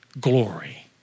glory